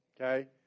Okay